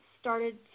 started